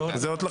זהות לחלוטין.